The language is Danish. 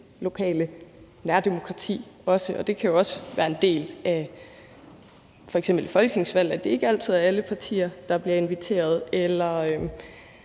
lokale nærdemokrati. Det kan jo også være en del af et folketingsvalg, at det ikke altid er alle partier, der bliver inviteret, eller